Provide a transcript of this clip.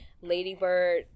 Ladybird